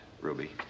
ruby